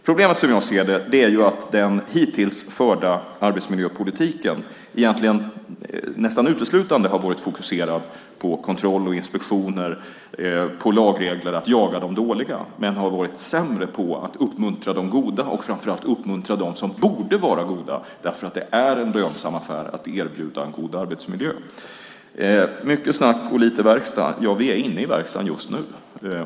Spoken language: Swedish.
Problemet är som jag ser det att den hittills förda arbetsmiljöpolitiken nästan uteslutande har varit fokuserad på kontroll och inspektioner, på lagregler för att jaga de dåliga, men har varit sämre på att uppmuntra de goda och framför allt dem som borde vara goda - det är en lönsam affär att erbjuda en god arbetsmiljö. Mycket snack och lite verkstad? Vi är inne i verkstaden just nu.